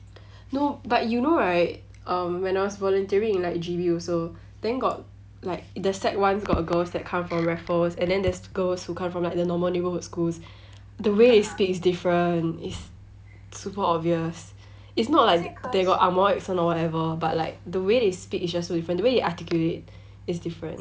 no but you know right um when I was volunteering in like G_B also then got like the sec one's got girls that come from raffles and then there's girls who come from like the normal neighbourhood schools the way they speak is different it's super obvious it's not like they got angmor accent or whatever but like the way they speak is just so different the way they articulate is different